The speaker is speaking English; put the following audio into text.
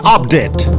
Update